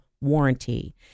warranty